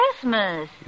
Christmas